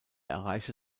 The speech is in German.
erreichte